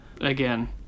again